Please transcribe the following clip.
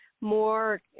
more